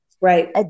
right